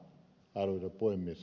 arvoisa puhemies